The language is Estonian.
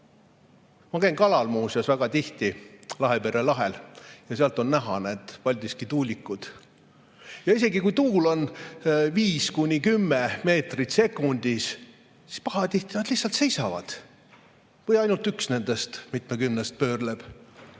Ma käin kalal muuseas väga tihti Lahepere lahel ja sealt on näha need Paldiski tuulikud. Isegi kui tuul on 5–10 meetrit sekundis, need pahatihti lihtsalt seisavad või ainult üks nendest mitmekümnest pöörleb.